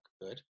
good